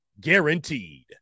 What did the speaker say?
guaranteed